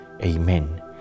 Amen